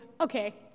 okay